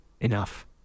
enough